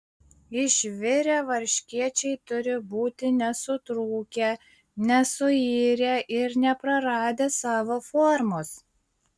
išvirę varškėčiai turi būti nesutrūkę nesuirę ir nepraradę savo formos